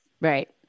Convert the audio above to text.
right